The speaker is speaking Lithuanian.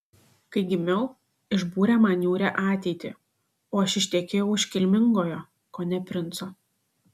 kai gimiau išbūrė man niūrią ateitį o aš ištekėjau už kilmingojo kone princo